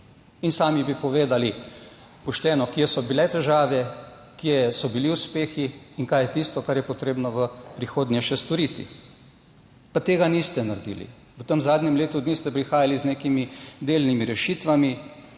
in sami bi povedali pošteno, kje so bile težave, kje so bili uspehi in kaj je tisto, kar je potrebno v prihodnje še storiti, pa tega niste naredili. V tem zadnjem letu dni ste prihajali z nekimi delnimi rešitvami.